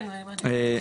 כן, אני גם אשמח לשמוע.